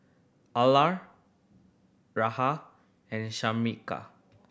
Ellar Rahn and Shamika